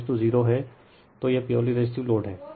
यदि X 0 है तो यह प्योरली रेसिसटिव लोड है